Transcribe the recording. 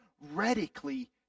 radically